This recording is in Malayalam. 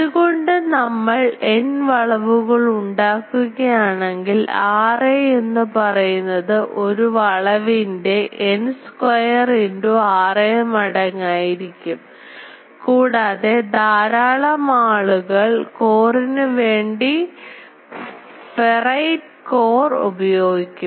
അതുകൊണ്ട് നമ്മൾ N വളവുകൾ ഉണ്ടാക്കുകയാണെങ്കിൽ Ra എന്നു പറയുന്നത് ഒരു വളവിൻറെ N square into Ra മടങ്ങായിരിക്കും കൂടാതെ ധാരാളം ആളുകൾ കോറിനു വേണ്ടി ഫെറൈറ്റ് കോർ ഉപയോഗിക്കും